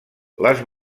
les